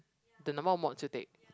the number of mods you take